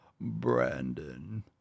Brandon